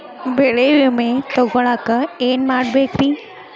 ಬೆಳೆ ವಿಮೆ ತಗೊಳಾಕ ಏನ್ ಮಾಡಬೇಕ್ರೇ?